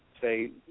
say